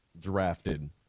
drafted